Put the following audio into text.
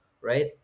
right